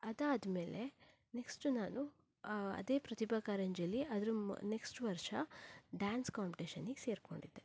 ಅದಾದ್ಮೇಲೆ ನೆಕ್ಸ್ಟ್ ನಾನು ಅದೇ ಪ್ರತಿಭಾ ಕಾರಂಜಿಯಲ್ಲಿ ಅದರ ನೆಕ್ಸ್ಟ್ ವರ್ಷ ಡ್ಯಾನ್ಸ್ ಕಾಂಪ್ಟೇಶನಿಗೆ ಸೇರ್ಕೊಂಡಿದ್ದೆ